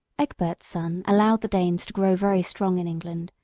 egbert's son allowed the danes to grow very strong in england,